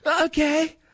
okay